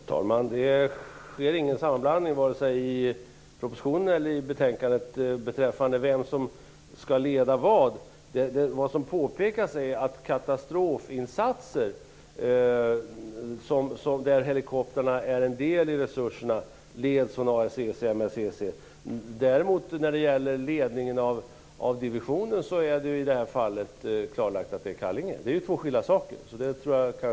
Herr talman! Det sker ingen sammanblandning vare sig i propositionen eller i betänkandet beträffande vem som skall leda vad. Vad som påpekas är att katastrofinsatser där helikoptrarna är en del av resurserna leds från ARCC och MRCC. När det däremot gäller ledningen av divisionen är det i detta fall klarlagt att det är Kallinge. Det är alltså fråga om två skilda saker.